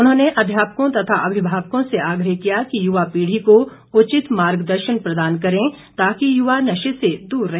उन्होंने अध्यापकों तथा अभिभावकों से आग्रह किया कि युवा पीढ़ी को उचित मार्गदर्शन प्रदान करें ताकि युवा नशे से दूर रहे